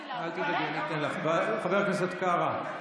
חבר הכנסת קארה,